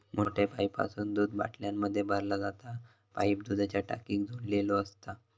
मोठ्या पाईपासून दूध बाटल्यांमध्ये भरला जाता पाईप दुधाच्या टाकीक जोडलेलो असता